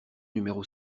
numéro